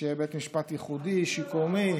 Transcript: שיהיה בית משפט ייחודי, שיקומי.